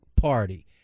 party